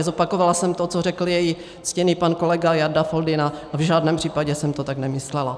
Zopakovala jsem to, co řekl její ctěný pan kolega Jarda Foldyna, a v žádném případě jsem to tak nemyslela.